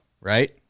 right